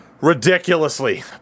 ridiculously